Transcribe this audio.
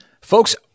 Folks